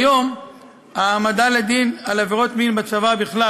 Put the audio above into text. כיום העמדה לדין על עבירות מין בצבא בכלל